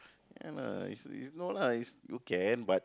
ya lah is is no lah is you can but